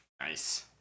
Nice